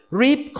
reap